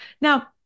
Now